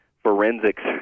forensics